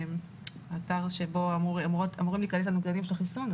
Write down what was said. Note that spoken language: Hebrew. האתר שבו אמורים להיכנס הנוגדנים של החיסון,